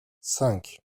cinq